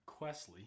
Questly